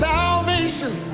Salvation